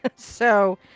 ah so.